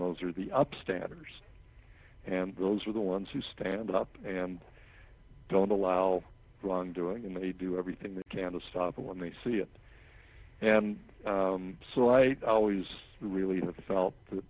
those are the upstanding years and those are the ones who stand up and don't allow wrongdoing and they do everything they can to stop it when they see it and so i always really felt that